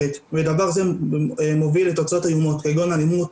ודבר זה מוביל לתוצאות איומות כגון אלימות,